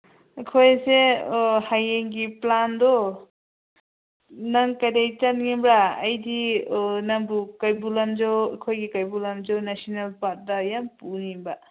ꯑꯩꯈꯣꯏꯁꯦ ꯍꯌꯦꯡꯒꯤ ꯄ꯭ꯂꯥꯟꯗꯨ ꯅꯪ ꯀꯔꯤ ꯆꯠꯅꯤꯡꯕ꯭ꯔꯥ ꯑꯩꯗꯤ ꯅꯪꯕꯨ ꯀꯩꯕꯨꯜ ꯂꯝꯖꯥꯎ ꯑꯩꯈꯣꯏꯒꯤ ꯀꯩꯕꯨꯜ ꯂꯝꯖꯥꯎ ꯅꯦꯁꯅꯦꯜ ꯄꯥꯔꯛꯇ ꯌꯥꯝ ꯄꯨꯅꯤꯡꯕ